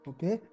Okay